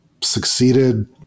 succeeded